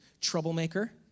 troublemaker